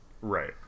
right